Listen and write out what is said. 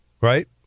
Right